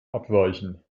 abweichen